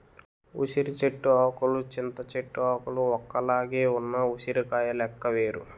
ఉసిరి చెట్టు ఆకులు చింత చెట్టు ఆకులు ఒక్కలాగే ఉన్న ఉసిరికాయ లెక్క వేరు